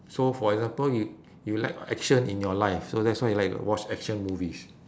so for example if you lack action in your life so that's why you like to watch action movies